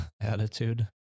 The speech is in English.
attitude